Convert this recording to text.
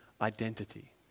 identity